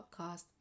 podcast